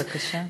בבקשה.